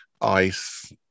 ice